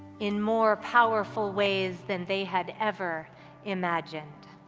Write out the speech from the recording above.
in more powerful ways than they had ever imagined.